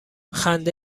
خنده